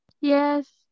Yes